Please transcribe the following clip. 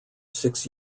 six